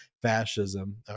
fascism